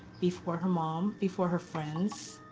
before her mom, before her friends,